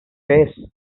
face